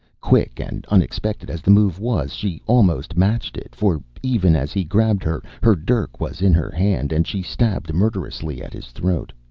quick and unexpected as the move was, she almost matched it for even as he grabbed her, her dirk was in her hand and she stabbed murderously at his throat.